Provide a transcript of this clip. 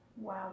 Wow